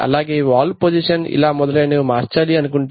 అలాగే valve position ఇలా మొదలైనవి మార్చాలి అనుకుంటే